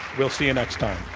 we'll see you next time.